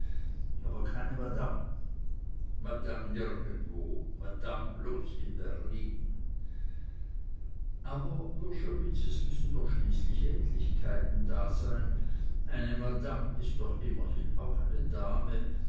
aber keine madamm madamm nirgendwo madamm bloß in berlin aber wrschowitz es müssen doch schließlich ähnlichkeiten dasein eine madamm ist doch immerhin auch eine dame